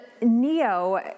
Neo